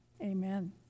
Amen